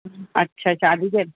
अच्छा शादी जे